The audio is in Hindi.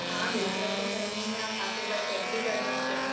हाँ बिल्कुल अच्छा सलून है आप आ कर एक बार चेक भी कर सकते हैं